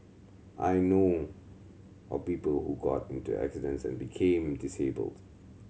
I know of people who got into accidents and became disabled